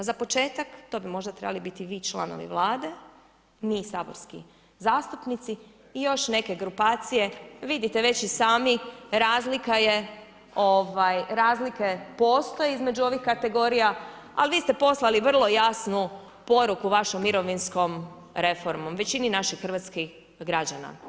Za početak to bi možda trebali biti vi članovi Vlade, mi saborski zastupnici i još neke grupacije, vidite već i sami razlika postoji između ovih kategorija ali vi ste poslali vrlo jasnu poruku vašom mirovinskom reformom, većini naših hrvatskih građana.